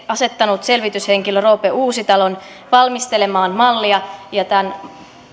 asettanut selvityshenkilön roope uusitalon valmistelemaan mallia tämän